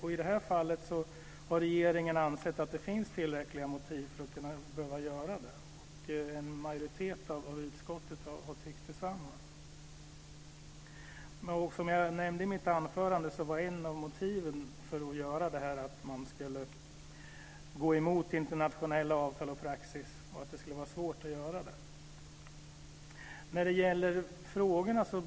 I det här fallet har regeringen ansett att det finns tillräckliga motiv för att göra det. En majoritet av utskottet har tyckt detsamma. Som jag nämnde i mitt anförande var ett av motiven för att göra detta att det skulle vara svårt att gå emot internationella avtal och praxis.